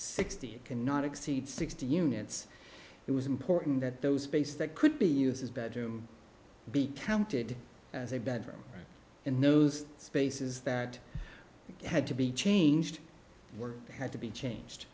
sixty it cannot exceed sixty units it was important that those space that could be used as bedroom be counted as a bedroom and knows spaces that had to be changed or had to be changed